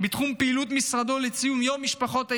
בתחום פעילות משרדו לציון יום משפחות היתומים,